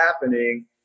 happening